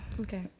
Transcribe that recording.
Okay